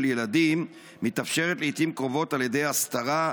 ילדים מתאפשרת לעיתים קרובות על ידי הסתרה,